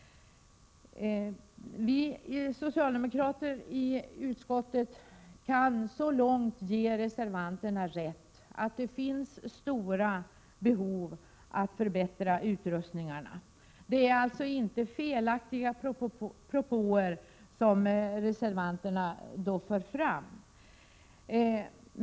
Vi socialdemokrater i utskottet kan ge reservanterna rätt så långt som att det finns stora behov av att förbättra utrustningarna. Det är alltså inte felaktiga propåer som reservanterna för fram.